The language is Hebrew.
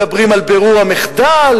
מדברים על בירור המחדל,